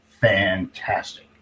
fantastic